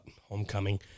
homecoming